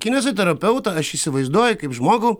kineziterapeutą aš įsivaizduoju kaip žmogų